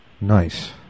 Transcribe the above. Nice